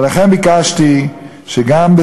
ולכן ביקשתי שגם,